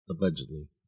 Allegedly